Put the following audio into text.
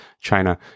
China